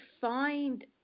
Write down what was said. find